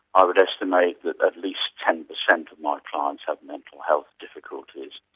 i would estimate that at least ten percent of my clients have mental health difficulties,